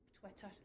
Twitter